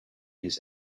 his